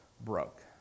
broke